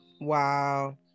Wow